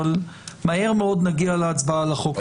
אבל מהר מאוד נגיע להצבעה על החוק הזה.